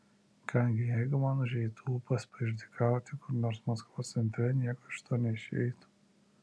ką gi jeigu man užeitų ūpas paišdykauti kur nors maskvos centre nieko iš to neišeitų